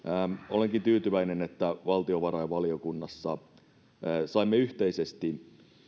olenkin tyytyväinen että valtiovarainvaliokunnassa saimme yhteisesti